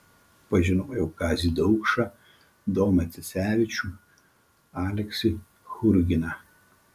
pažinojau kazį daukšą domą cesevičių aleksį churginą